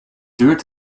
duurt